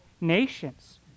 nations